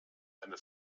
eine